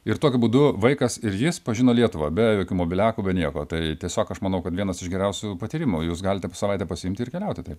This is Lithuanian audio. ir tokiu būdu vaikas ir jis pažino lietuvą be jokių mobiliakų be nieko tai tiesiog aš manau kad vienas iš geriausių patyrimų jūs galite savaitę pasiimti ir keliauti taip